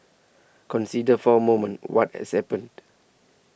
consider for a moment what has happened